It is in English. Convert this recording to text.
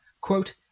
quote